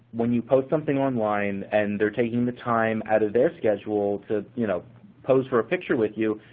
when you post something online and they're taking the time out of their schedule to you know pose for a picture with you,